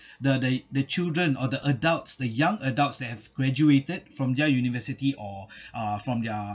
the the the children or the adults the young adults that have graduated from their university or uh from their